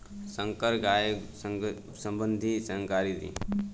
संकर गाय सबंधी जानकारी दी?